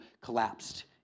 collapsed